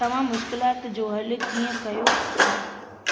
तव्हां मुश्किलातु जो हल कीअं कयो आहे